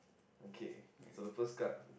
okay so the first card